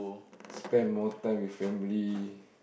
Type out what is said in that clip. spend more time with family